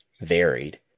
varied